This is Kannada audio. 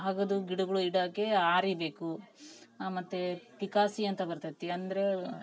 ಅಗ್ದು ಗಿಡಗಳು ಇಡೋಕೆ ಹಾರೆ ಬೇಕು ಮತ್ತು ಪಿಕಾಸಿ ಅಂತ ಬರ್ತದೆ ಅಂದರೆ